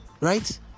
right